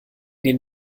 den